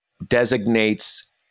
designates